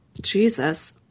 Jesus